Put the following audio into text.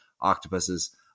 octopuses